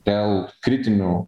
dėl kritinių